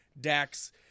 Dax